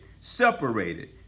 separated